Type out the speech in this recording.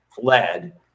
fled